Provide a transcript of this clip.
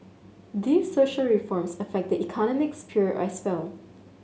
these social reforms affect the economic sphere as well